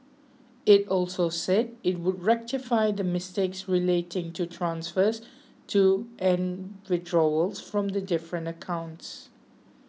it also said it would rectify the mistakes relating to transfers to and withdrawals from the different accounts